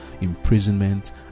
imprisonment